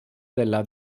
della